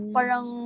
Parang